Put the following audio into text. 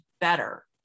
better